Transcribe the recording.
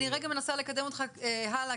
אני רגע מנסה לקדם אותך הלאה,